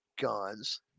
guns